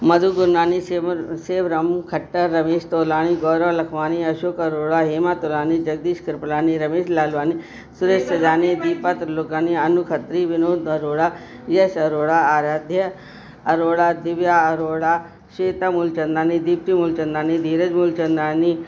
मधु गुरनानी सेव सेवरामू खट्टर रमेश तोलाणी गौरव लखवाणी अशोक अरोड़ा हेमा तोरानी जगदीश कृप्लानी रमेश लालवानी सुरेश थदानी दीपा त्रिलोकानी अनु खत्री विनोद अरोड़ा यश अरोड़ा आराध्य अरोड़ा दिव्या अरोड़ा श्वेता मूलचंदानी दीप्ती मूलचंदानी धीरज मूलचंदानी